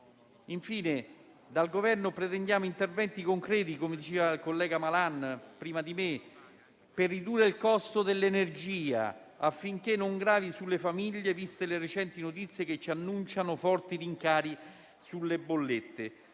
Infine, dal Governo pretendiamo interventi concreti - come diceva il collega Malan prima di me - per ridurre il costo dell'energia, affinché non gravi sulle famiglie, viste le recenti notizie che annunciano forti rincari sulle bollette.